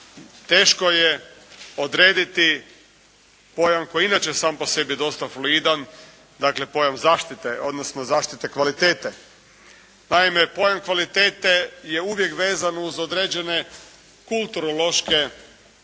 teško je odrediti pojam koji je inače sam po sebi dosta fluidan, dakle pojam zaštite, odnosno zaštite kvalitete. Pojam kvalitete je uvijek povezan u određene kulturološke ako